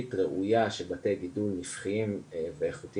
לתשתית ראויה של בתי גידול רווחיים ואיכותיים,